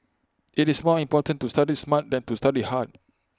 IT is more important to study smart than to study hard